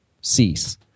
cease